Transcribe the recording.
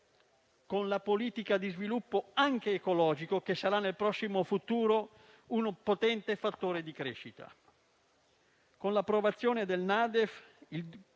con la politica di sviluppo, anche ecologico, che nel prossimo futuro sarà un potente fattore di crescita. Con l'approvazione della